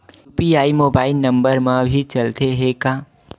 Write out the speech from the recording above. UPI mobile number मा भी चलते हे का?